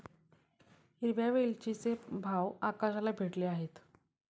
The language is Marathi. हिरव्या वेलचीचे भाव आकाशाला भिडले आहेत